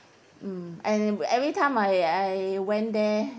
mm and every time I I went there